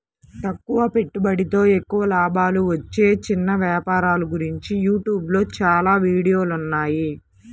తక్కువ పెట్టుబడితో ఎక్కువ లాభాలు వచ్చే చిన్న వ్యాపారాల గురించి యూట్యూబ్ లో చాలా వీడియోలున్నాయి